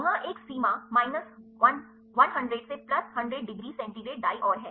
वहाँ एक सीमा minus 1 100 से प्लस 100 डिग्री C दाईं ओर है